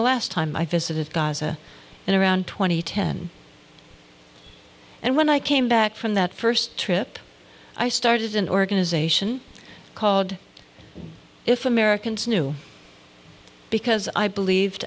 the last time i visited gaza and around twenty ten and when i came back from that first trip i started an organization called if americans knew because i believed